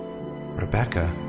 Rebecca